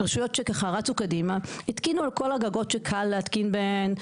רשויות שרצו קדימה התקינו על כל הגגות שקל להתקין בהן,